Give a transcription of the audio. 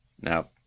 Now